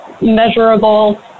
measurable